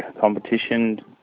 competition